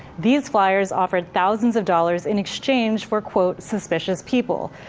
these flyers offered thousands of dollars in exchange for suspicious people.